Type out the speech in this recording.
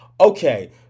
Okay